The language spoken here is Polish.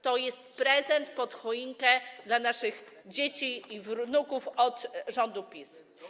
To jest prezent pod choinkę dla naszych dzieci i wnuków od rządu PiS.